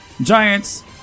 Giants